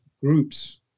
groups